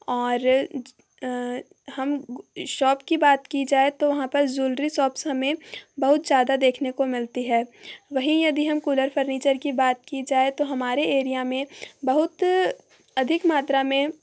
और हम शोप की बात की जाय तो वहाँ पर ज्वेलरी साप्स हमें बहुत ज़्यादा देखने को मिलती है वहीँ यदि हम कूलर फर्नीचर की बात की जाय तो हमारे एरिया में बहुत अधिक मात्रा में